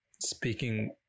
speaking